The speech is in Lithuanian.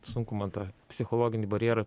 sunku man tą psichologinį barjerą